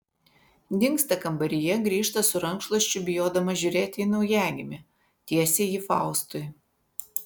dingsta kambaryje grįžta su rankšluosčiu bijodama žiūrėti į naujagimį tiesia jį faustui